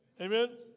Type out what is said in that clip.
Amen